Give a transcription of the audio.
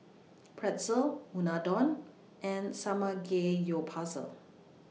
Pretzel Unadon and Samgeyopsal